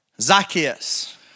Zacchaeus